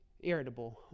Irritable